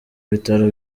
bitaro